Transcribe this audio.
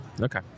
Okay